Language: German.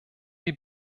die